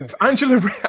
Angela